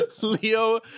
Leo